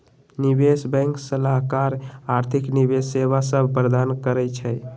निवेश बैंक सलाहकार आर्थिक निवेश सेवा सभ प्रदान करइ छै